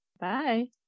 bye